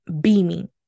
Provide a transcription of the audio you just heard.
beaming